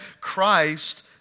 Christ